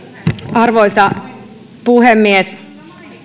arvoisa puhemies